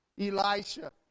Elisha